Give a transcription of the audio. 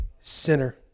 sinner